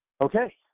Okay